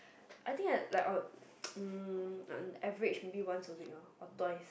I think I like um mm average only once a week loh or twice